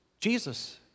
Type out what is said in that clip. Jesus